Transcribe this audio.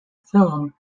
film